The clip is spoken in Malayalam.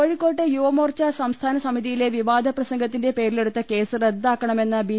കോഴിക്കോട്ട് യുവമോർച്ചാ സംസ്ഥാന സമിതിയിലെ വിവാദ പ്രസംഗത്തിന്റെ പേരിലെടുത്ത കേസ് റദ്ദാക്കണമെന്ന ബി